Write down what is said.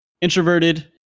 Introverted